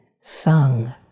sung